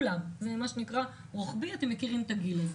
מכירה את הגיל הזה